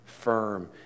firm